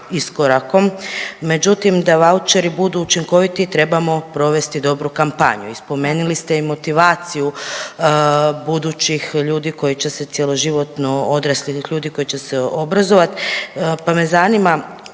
iskorakom. Međutim, da vaučeri budu učinkoviti trebamo provesti dobru kampanju i spomenuli ste i motivaciju budućih ljudi koji će se cjeloživotno, odraslih ljudi koji će se obrazovati pa me zanima